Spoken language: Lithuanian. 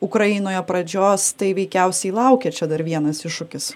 ukrainoje pradžios tai veikiausiai laukia čia dar vienas iššūkis